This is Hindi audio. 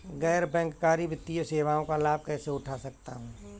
गैर बैंककारी वित्तीय सेवाओं का लाभ कैसे उठा सकता हूँ?